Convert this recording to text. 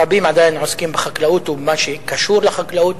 רבים עדיין עוסקים בחקלאות ובמה שקשור לחקלאות,